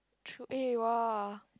true eh [wah]